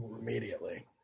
immediately